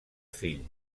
fills